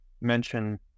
mention